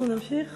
אנחנו נמשיך